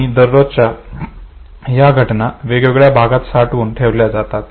आणि दररोजच्या ह्या घटना वेगवेगळ्या भागात साठवून ठेवल्या जातात